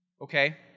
Okay